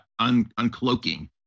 uncloaking